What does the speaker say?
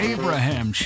Abraham